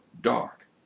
dark